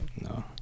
No